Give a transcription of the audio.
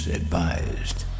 advised